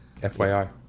FYI